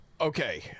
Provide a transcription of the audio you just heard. Okay